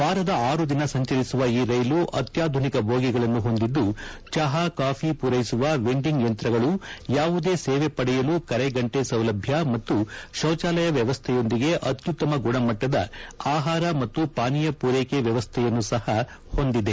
ವಾರದ ಆರು ದಿನ ಸಂಚರಿಸುವ ಈ ರೈಲು ಅತ್ಯಾಧುನಿಕ ಬೋಗಿಗಳನ್ನು ಹೊಂದಿದ್ದು ಚಹಾ ಕಾಫಿ ಪೂರೈಸುವ ವೆಂಡಿಂಗ್ ಯಂತ್ರಗಳು ಯಾವುದೇ ಸೇವೆ ಪಡೆಯಲು ಕರೆಗಂಟೆ ಸೌಲಭ್ಯ ಮತ್ತು ಶೌಚಾಲಯ ವ್ಯವಸ್ಲೆಯೊಂದಿಗೆ ಅತ್ಯುತ್ತಮ ಗುಣಮಟ್ಟದ ಆಹಾರ ಮತ್ತು ಪಾನೀಯ ಪೂರ್ವೆಕೆ ವ್ಯವಸ್ಲೆಯನ್ನು ಸಹ ಹೊಂದಿದೆ